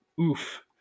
Oof